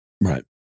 Right